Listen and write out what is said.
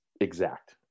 exact